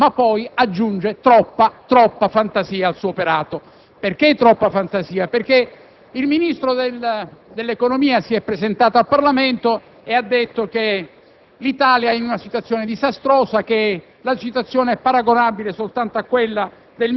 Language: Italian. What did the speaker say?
In verità, dice cose che hanno configurazioni di verosimiglianza, ma poi aggiunge troppa, davvero troppa fantasia al suo operato. Parlo di troppa fantasia perché il Ministro dell'economia si è presentato al Parlamento e ha detto che